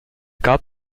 gab